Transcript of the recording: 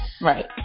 Right